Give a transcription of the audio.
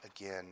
again